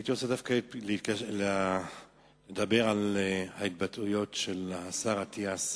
הייתי רוצה לדבר על ההתבטאויות של השר אטיאס.